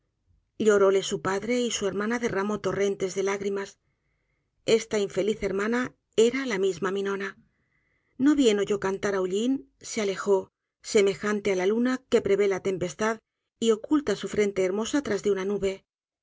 murió lloróle su padre y su hermana derramó torrentes de lágrimas esta infeliz hermana era la misma miñona no bien oyó cantar á ullin se alejó semejante á la luna que prevé la tempestad y oculta su frente hermosa tras de una nube